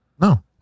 no